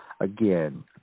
again